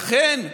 לכן,